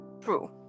True